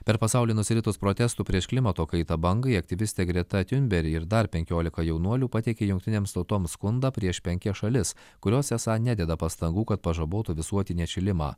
per pasaulį nusiritus protestų prieš klimato kaitą bangai aktyvistė greta tiunber ir dar penkiolika jaunuolių pateikė jungtinėms tautoms skundą prieš penkias šalis kurios esą nededa pastangų kad pažabotų visuotinį atšilimą